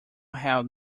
held